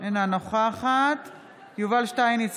אינה נוכחת יובל שטייניץ,